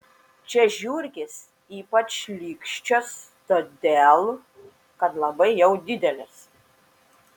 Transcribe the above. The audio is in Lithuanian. čia žiurkės ypač šlykščios todėl kad labai jau didelės